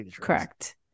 correct